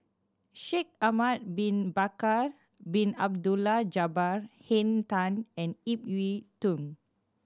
Shaikh Ahmad Bin Bakar Bin Abdullah Jabbar Henn Tan and Ip Yiu Tung